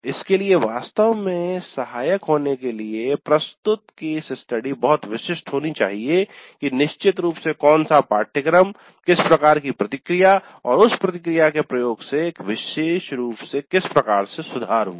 इसके लिए वास्तव में सहायक होने के लिए प्रस्तुत केस स्टडी बहुत विशिष्ट होनी चाहिए कि निश्चित रूप से कौन सा पाठ्यक्रम किस प्रकार की प्रतिक्रिया और उस प्रतिक्रिया के प्रयोग से विशेष रूप से किस प्रकार के सुधार हुए